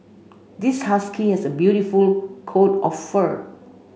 this husky has a beautiful coat of fur